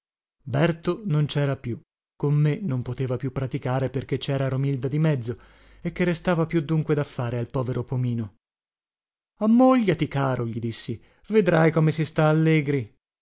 berto non cera più con me non poteva più praticare perché cera romilda di mezzo e che restava più dunque da fare al povero pomino ammógliati caro gli dissi vedrai come si sta allegri